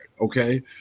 okay